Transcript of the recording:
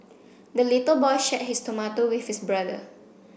the little boy shared his tomato with his brother